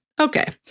okay